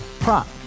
Prop